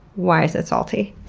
why is it salty?